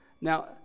Now